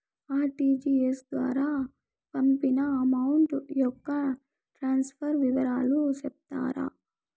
RTGS ద్వారా పంపిన amount యొక్క ట్రాన్స్ఫర్ వివరాలు సెప్తారా